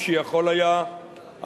כשיכול היה,